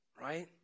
right